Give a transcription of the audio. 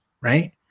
right